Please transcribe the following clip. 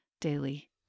daily